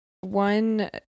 One